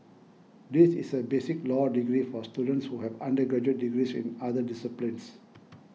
this is a basic law degree for students who have undergraduate degrees in other disciplines